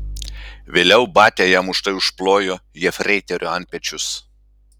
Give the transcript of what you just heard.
vėliau batia jam už tai užplojo jefreiterio antpečius